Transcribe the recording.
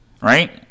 right